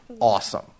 awesome